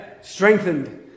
Strengthened